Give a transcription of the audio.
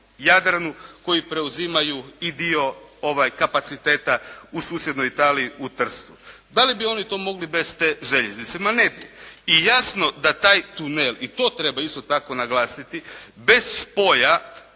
Jadranu koji preuzimaju i dio kapaciteta u susjednoj Italiji u Trstu. Da li bi oni to mogli bez te željeznice? Ma ne bi! I jasno da taj tunel i to treba isto tako naglasiti bez spoja